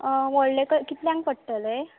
व्होडले क कितल्यांक पडटले